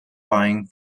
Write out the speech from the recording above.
buying